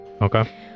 Okay